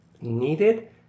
needed